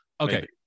Okay